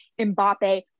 Mbappe